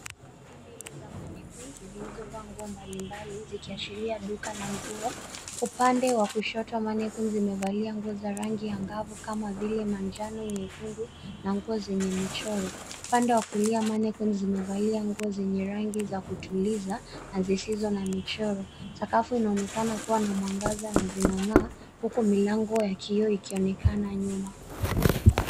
Safu mbili za mannequins zilizovaa nguo mbalimbali zikiashiria duka la nguo. Upande wa kushoto mannequins zimevalia nguo za rangi angavu kama vile manjano, nyekundu na nguo zenye michoro. Upande wa kulia mannequins zimevalia nguo zenye rangi za kutuliza na zisizo na michoro. Sakafu inaonekana kuwa na mwangaza na zinang'aa huku milango ya kioo ikionekana nyuma.